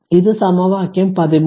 അതിനാൽ ഇത് സമവാക്യം 13